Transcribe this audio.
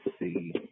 see